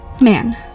Man